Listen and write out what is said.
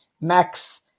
Max